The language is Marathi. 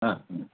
हां हां